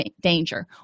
danger